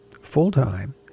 full-time